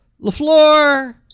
LaFleur